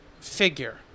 figure